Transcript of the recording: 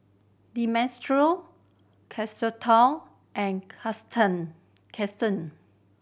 Demetrio Carlota and Kirsten